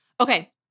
Okay